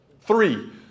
Three